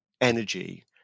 energy